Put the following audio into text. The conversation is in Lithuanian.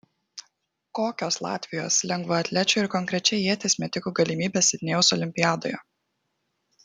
kokios latvijos lengvaatlečių ir konkrečiai ieties metikų galimybės sidnėjaus olimpiadoje